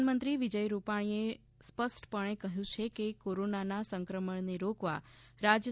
મુખ્યમંત્રી વિજય રૂપાણીએ સ્પષ્ટપણે કહ્યું છે કે કોરોના સંકમણને રોકવા રાજ્ય